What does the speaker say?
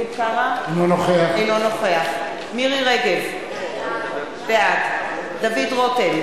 אינו נוכח מירי רגב, בעד דוד רותם,